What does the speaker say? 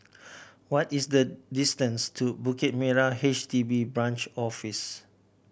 what is the distance to Bukit Merah H D B Branch Office